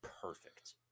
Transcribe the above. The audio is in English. perfect